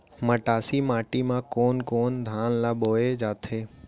मटासी माटी मा कोन कोन धान ला बोये जाथे?